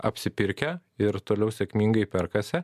apsipirkę ir toliau sėkmingai perkasi